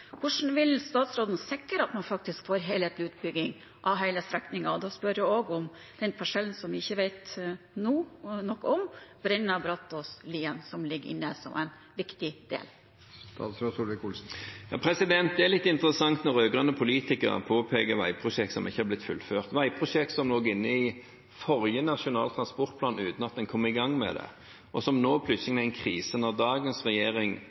Hvordan vil statsråden sikre at man får en helhetlig utbygging av hele strekningen? Da spør jeg også om den parsellen som vi ikke vet nok om nå, Brenna–Brattås–Lien, som også ligger inne som en viktig del. Det er litt interessant når rød-grønne politikere påpeker veiprosjekt som ikke er blitt fullført – veiprosjekt som lå inne i forrige Nasjonal transportplan uten at en kom i gang med dem, og nå er det plutselig krise når dagens regjering